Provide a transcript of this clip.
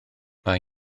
mae